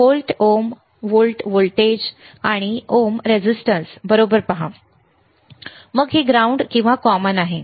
volt ohm volt voltage आणि ohm resistance बरोबर पहा मग हे ग्राउंड किंवा कॉमन आहे